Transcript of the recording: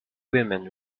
women